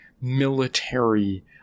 military